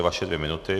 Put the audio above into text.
Vaše dvě minuty.